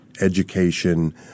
education